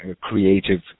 creative